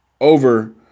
over